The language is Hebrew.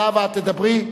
זהבה, את תדברי?